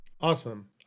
awesome